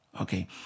Okay